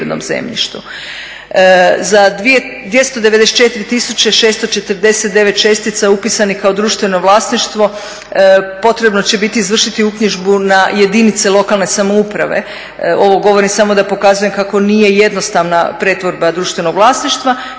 tisuće 649 čestica upisanih kao društveno vlasništvo potrebno će biti izvršiti uknjižbu na jedinice lokalne samouprave. Ovo govorim samo da pokazujem kako nije jednostavna pretvorba društvenog vlasništva